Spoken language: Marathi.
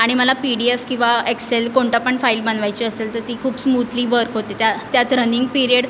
आणि मला पी डी एफ किंवा एक्सेल कोणतं पण फाइल बनवायची असेल तर ती खूप स्मूथली वर्क होते त्या त्यात रनिंग पीरियड